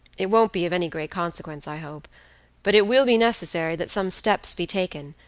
it won't be of any great consequence, i hope but it will be necessary that some steps be taken,